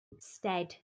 stead